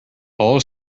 all